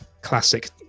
classic